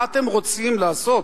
מה אתם רוצים לעשות?